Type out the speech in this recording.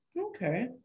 okay